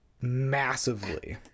massively